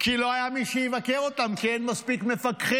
כי לא היה מי שיבקר אותם, כי אין מספיק מפקחים.